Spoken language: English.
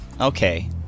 Okay